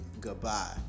goodbye